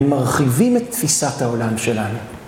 מרחיבים את תפיסת העולם שלנו.